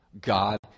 God